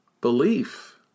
Belief